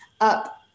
up